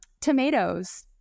Tomatoes